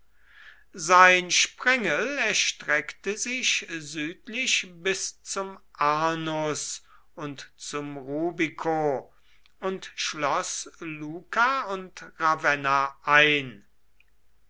sein sprengel erstreckte sich südlich bis zum arnus und zum rubico und schloß luca und ravenna ein